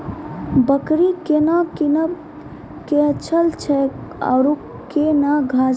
बकरी केना कीनब केअचछ छ औरू के न घास दी?